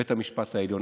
בית המשפט העליון.